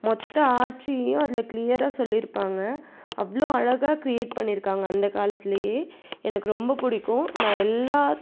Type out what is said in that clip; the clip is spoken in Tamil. மொத்த ஆட்சியையும் அதில் க்ளியராக சொல்லிருப்பாங்க அவ்வளோ அழகாக க்ரியேட் பண்ணிருக்காங்க அந்த காலத்துலயே எனக்கு ரொம்ப பிடிக்கும் நான் எல்லா